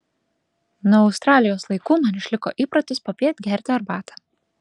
nuo australijos laikų man išliko įprotis popiet gerti arbatą